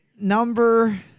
number